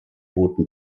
booten